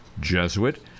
Jesuit